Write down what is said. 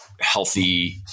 healthy